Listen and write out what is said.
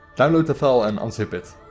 download the file, and unzip it.